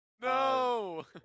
no